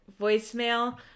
voicemail